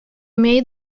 made